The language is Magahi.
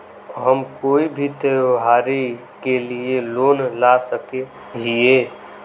हम कोई भी त्योहारी के लिए लोन ला सके हिये?